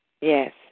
Yes